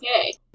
Okay